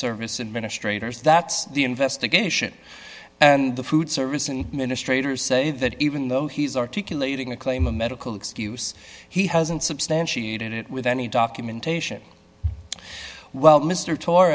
service administrator as that's the investigation and the food service and ministry to say that even though he's articulating a claim a medical excuse he hasn't substantiated it with any documentation well mr to